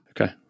Okay